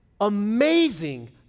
amazing